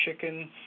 chicken